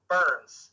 Burns